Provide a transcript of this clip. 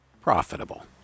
profitable